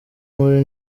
muri